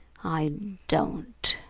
i don't!